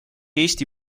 eesti